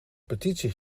petitie